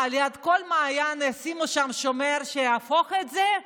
מה, על יד כל מעיין ישימו שומר שיאכוף את זה?